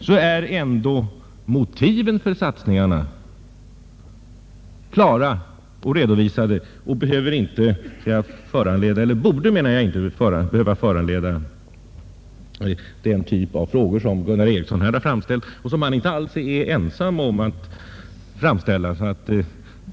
Men motiven för satsningarna är ändock klara och redovisade och borde inte behöva föranleda den typ av frågor som Gunnar Ericsson här framställt och som han inte alls är ensam om att framställa.